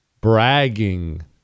bragging